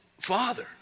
Father